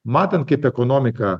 matant kaip ekonomika